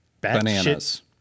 bananas